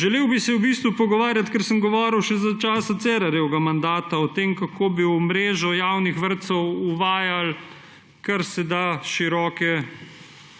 Želel bi se v bistvu pogovarjati, kar sem govoril še za časa Cerarjevega mandata, o tem, kako bi v mrežo javnih vrtcev uvajali karseda široke,